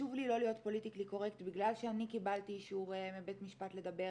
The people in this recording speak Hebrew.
חשוב לי לא להיות פוליטקלי קורקט בגלל שאני קיבלתי אישור מבית משפט לדבר